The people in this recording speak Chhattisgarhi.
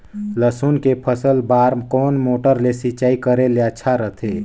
लसुन के फसल बार कोन मोटर ले सिंचाई करे ले अच्छा रथे?